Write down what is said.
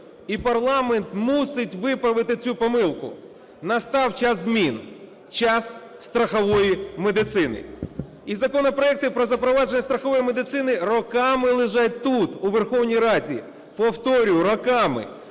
І парламент мусить виправити цю помилку. Настав час змін – час страхової медицини. І законопроекти про запровадження страхової медицини роками лежать тут у Верховній Раді, повторюю, роками.